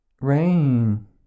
Rain